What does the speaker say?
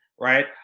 right